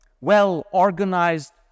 well-organized